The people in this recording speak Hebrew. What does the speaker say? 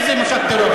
איזה משט טרור?